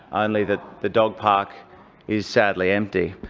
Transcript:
only that the dog park is sadly empty.